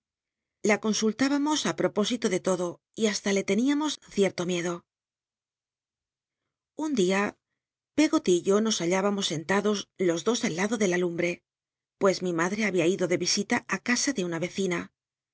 la ron ultübamos i propósilo de lodo y hasla le ten íamos cierto mierlo un din peggoly y yo nos hallübam os senlados los el os al lado de la lumbre pues mi mad rc habia ido rle visita ri casa de una vecina